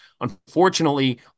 Unfortunately